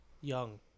young